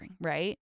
right